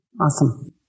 Awesome